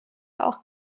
auch